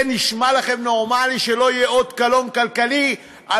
זה נשמע לכם נורמלי שלא יהיה אות קלון כלכלי על